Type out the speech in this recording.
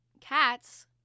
cats